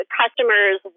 customers